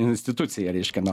institucija reiškia